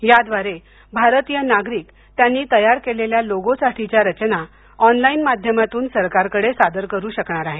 याद्वारे भारतीय नागरिक त्यांनी तयार केलेल्या लोगो साठीच्या रचना ऑनलाइन माध्यमातून सरकारकडं सादर करू शकणार आहेत